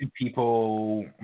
people